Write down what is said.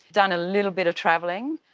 done a little bit of travelling,